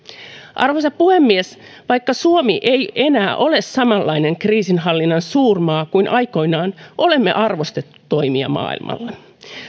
arvoisa puhemies vaikka suomi ei enää ole samanlainen kriisinhallinnan suurmaa kuin aikoinaan olemme arvostettu toimija maailmalla